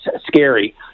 scary